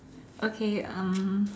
okay um